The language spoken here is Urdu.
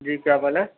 جی کیا بولیں